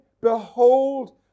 behold